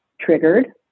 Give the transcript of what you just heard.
triggered